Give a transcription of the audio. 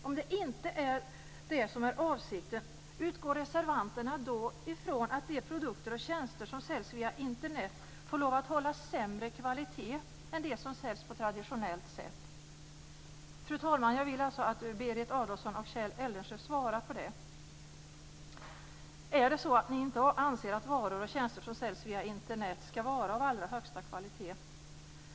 Om det inte är det som är avsikten, utgår reservanterna då ifrån att de produkter och tjänster som säljs via Internet får hålla sämre kvalitet än det som säljs på traditionellt sätt? Fru talman! Jag vill alltså att Berit Adolfsson och Kjell Eldensjö svarar på frågan: Är det så att ni inte anser att varor och tjänster som säljs via Internet ska vara av allra högsta kvalitet?